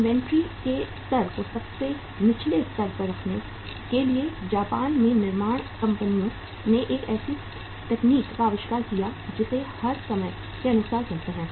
inventory के स्तर को सबसे निचले स्तर पर रखने के लिए जापान में निर्माण कंपनियों ने एक ऐसी तकनीक का आविष्कार किया जिसे हम समय के अनुसार कहते हैं